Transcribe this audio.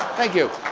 thank you.